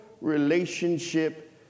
relationship